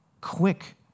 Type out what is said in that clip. quick